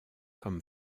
comme